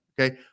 okay